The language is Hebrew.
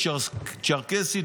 צ'רקסי,